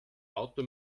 auto